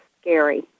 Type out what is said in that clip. scary